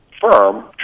firm